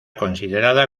considerada